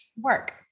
Work